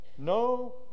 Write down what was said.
no